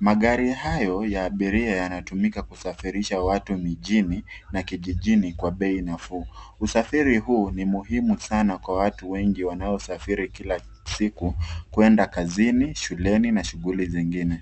Magari hayo ya abiria yanatumika kusafirisha watu mijini na kijijini kwa bei nafuu. Usafiri huu ni muhimu sana kwa watu wengi wanaosafiri kila siku kwenda kazini, shuleni na shughuli zingine.